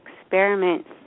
experiments